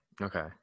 Okay